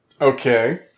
Okay